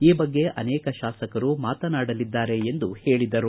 ಈ ಬಗ್ಗೆ ಅನೇಕ ಶಾಸಕರು ಮಾತನಾಡಲಿದ್ದಾರೆ ಎಂದು ಹೇಳಿದರು